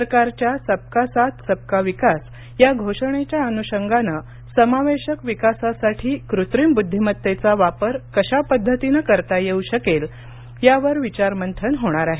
सरकारच्या सबका साथ सबका विकास या घोषणेच्या अनुषंगानं समावेशक विकासासाठी कृत्रिम बुद्धिमत्तेचा वापर कशा पद्धतीनं करता येऊ शकेल यावर विचार मंथन होणार आहे